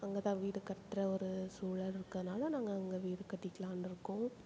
அங்கே தான் வீடு கட்டுற ஒரு சூழல் இருக்கனால நாங்கள் அங்கே வீடு கட்டிக்கலாம்ன்ருக்கோம்